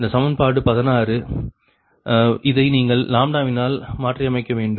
இந்த சமன்பாடு 16 இதை நீங்கள் லாம்ப்டாவினால் மாற்றியமைக்க வேண்டும்